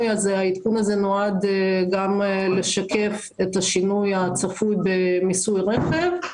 העדכון הזה נועד לשקף גם את השינוי הצפוי במיסוי רכב.